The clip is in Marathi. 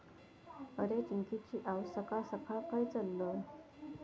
अरे, चिंकिची आऊस सकाळ सकाळ खंय चल्लं?